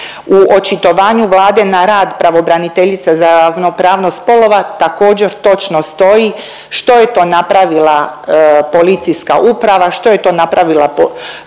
u očitovanju Vlade na rad pravobraniteljice za ravnopravnost spolova također točno stoji što je to napravila policijska uprava, što je to napravila sama